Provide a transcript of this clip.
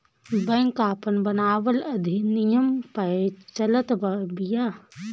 bank आपन बनावल अधिनियम पअ चलत बिया